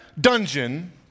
dungeon